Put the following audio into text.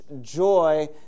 joy